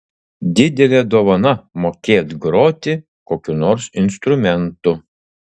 didelė dovana mokėt groti kokiu nors instrumentu